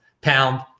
Pound